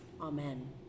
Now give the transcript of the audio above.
Amen